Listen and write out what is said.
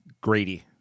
Grady